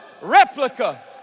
replica